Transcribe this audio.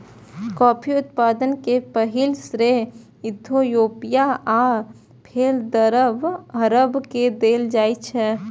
coffee उत्पादन के पहिल श्रेय इथियोपिया आ फेर अरब के देल जाइ छै